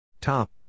Top